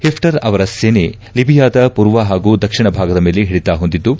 Haftar ಅವರ ಸೇನೆ ಲಿಬಿಯಾದ ಪೂರ್ವ ಹಾಗೂ ದಕ್ಷಿಣ ಭಾಗದ ಮೇಲೆ ಹಿಡಿತ ಹೊಂದಿದ್ದು